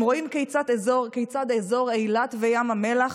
הם רואים כיצד אזור אילת וים המלח